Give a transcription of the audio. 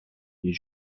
les